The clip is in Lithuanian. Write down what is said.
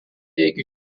iki